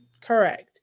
correct